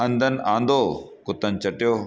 अंधनि आंदो कुतनि चटियो